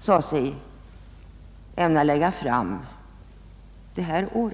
sade sig ämna lägga fram detta år.